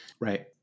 Right